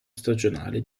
stagionale